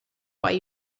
why